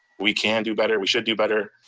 we can do better, we should do better.